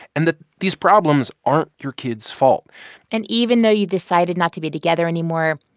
and that these problems aren't your kids' fault and even though you've decided not to be together anymore,